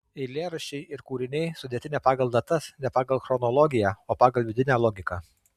eilėraščiai ir kūriniai sudėti ne pagal datas ne pagal chronologiją o pagal vidinę logiką